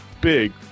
big